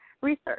research